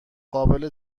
قابل